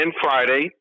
Friday